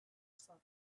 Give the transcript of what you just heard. saw